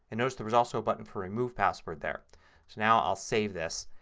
and notice there was also a button for remove password there. so now i'll save this.